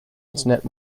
internet